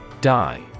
Die